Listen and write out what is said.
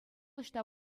ӑҫта